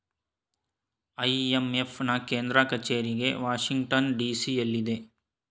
IMF ನಾ ಕೇಂದ್ರ ಕಚೇರಿಗೆ ವಾಷಿಂಗ್ಟನ್ ಡಿ.ಸಿ ಎಲ್ಲಿದೆ